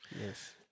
Yes